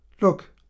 Look